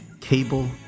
cable